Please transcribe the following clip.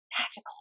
magical